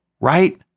right